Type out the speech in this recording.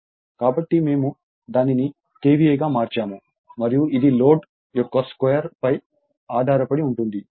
కాబట్టి మేము దానిని KVA గా మార్చాము మరియు ఇది లోడ్ యొక్క స్క్వేర్ పై ఆధారపడి ఉంటుంది